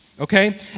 okay